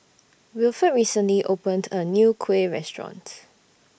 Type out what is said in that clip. Wilford recently opened A New Kuih Restaurant